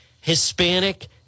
Hispanic